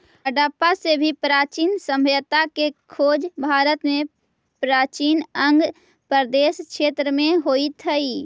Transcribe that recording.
हडप्पा से भी प्राचीन सभ्यता के खोज भारत में प्राचीन अंग प्रदेश क्षेत्र में होइत हई